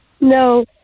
No